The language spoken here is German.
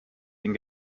den